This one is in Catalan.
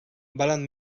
valen